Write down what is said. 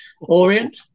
Orient